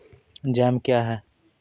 Jam क्या हैं?